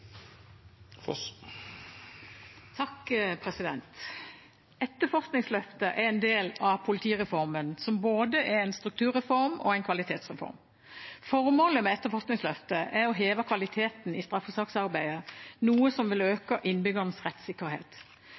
Etterforskningsløftet er en del av politireformen, som er både en strukturreform og en kvalitetsreform. Formålet med etterforskningsløftet er å heve kvaliteten i straffesaksarbeidet, noe som vil øke innbyggernes rettssikkerhet.